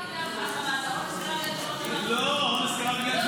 אדוני השר,